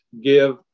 give